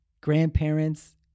grandparents